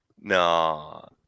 No